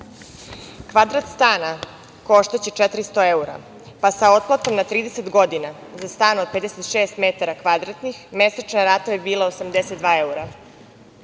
Kvadrat stana koštaće 400 evra, pa sa otplatom na 30 godina za stan od 56 metara kvadratnih mesečna rata bi bila 82 evra.